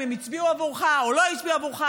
אם הם הצביעו עבורך או לא הצביעו עבורך?